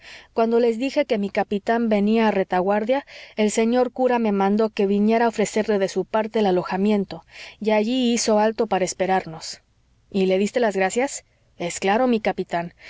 cuando les dije que mi capitán venía a retaguardia el señor cura me mandó que viniera a ofrecerle de su parte el alojamiento y allí hizo alto para esperarnos y le diste las gracias es claro mi capitán